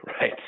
right